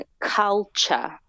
culture